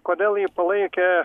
kodėl jį palaikė